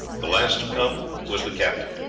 the last to come was the captain.